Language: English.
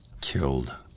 Killed